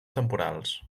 temporals